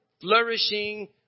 flourishing